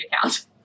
account